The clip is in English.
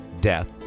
death